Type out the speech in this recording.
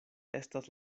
estas